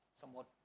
somewhat